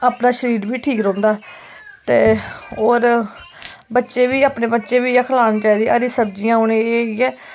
अपना शरीर बी ठीक रौंह्दा ऐ ते होर बच्चें गी बी अपने बच्चें गी बी इयै खलानी चाहिदी हरी सब्जियां हून